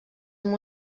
amb